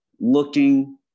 looking